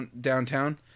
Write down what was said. downtown